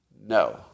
No